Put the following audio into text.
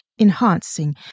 enhancing